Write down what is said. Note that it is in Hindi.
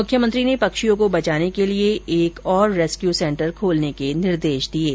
मुख्यमंत्री ने पक्षियों को बचाने के लिए एक और रेस्क्यू सेंटर खोलने के निर्देश दिए हैं